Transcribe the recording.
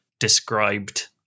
described